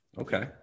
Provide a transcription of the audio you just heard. Okay